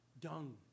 dung